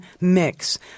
mix